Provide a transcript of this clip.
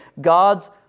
God's